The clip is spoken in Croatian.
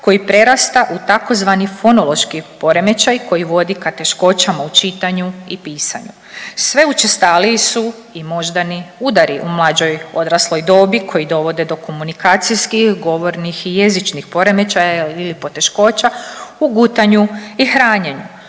koji prerasta u tzv. fonološki poremećaj koji vodi ka teškoćama u čitanju i pisanju. Sve učestaliji su i moždani udari u mlađoj odrasloj dobi koji dovode do komunikacijskih, govornih i jezičnih poremećaja ili poteškoća u gutanju i hranjenju.